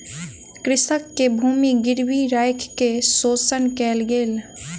कृषक के भूमि गिरवी राइख के शोषण कयल गेल